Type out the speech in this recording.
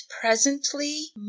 presently